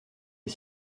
est